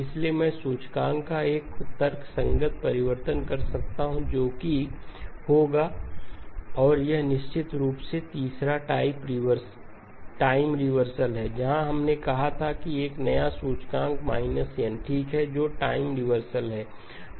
इसलिए मैं सूचकांक का एक तर्कसंगत परिवर्तन कर सकता हूं जो कि ML होगा और निश्चित रूप से तीसरा टाइम रिवर्सल है जहां हमने कहा था कि एक नया सूचकांक −n ठीक है जो टाइम रिवर्सल है